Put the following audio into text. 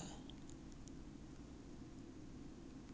siao eh 我一个月零用钱两百而已 leh